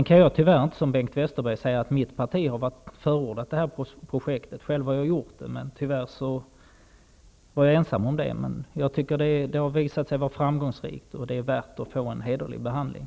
Tyvärr kan inte jag som Bengt Westerberg säga att mitt parti har förordat det här projektet. Själv har jag gjort det, men tyvärr var jag ensam om den uppfattningen. Det har visat sig vara framgångsrikt, och det är värt en hederlig behandling.